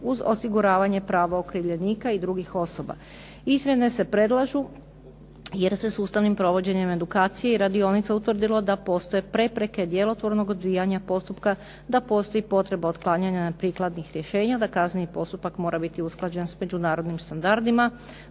uz osiguravanje prava okrivljenika i drugih osoba. Izmjene se predlažu jer se sustavnim provođenjem edukacije i radionica utvrdilo da postoje prepreke djelotvornog odvijanja postupka, da postoji potreba otklanjanja prikladnih rješenja da kazneni postupak mora biti usklađen sa međunarodnim standardima,